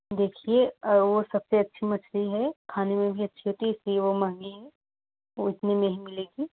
देखिए वह सबसे अच्छी मछली है खाने में भी अच्छी होती इसलिए वह महँगी है वह इतने में ही मिलेगी